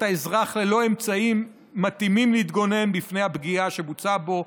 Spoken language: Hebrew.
האזרח ללא אמצעים מתאימים להתגונן בפני הפגיעה שבוצעה בו.